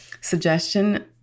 suggestion